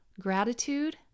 gratitude